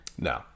no